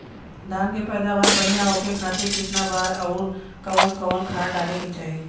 धान के पैदावार बढ़िया होखे खाती कितना बार अउर कवन कवन खाद डाले के चाही?